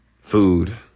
food